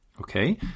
Okay